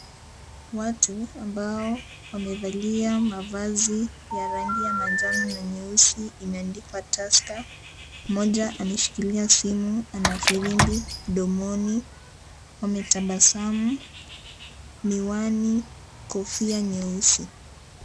Watu ambao wamevalia mavazi ya rangi ya manjano na nyeusi imeandikwa Tusker . Mmoja ameshikilia simu , ana firimbi mdomoni , ametabasamu, miwani ,kofia nyeusi.